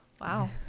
wow